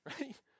right